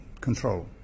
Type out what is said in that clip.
control